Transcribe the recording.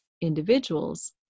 individuals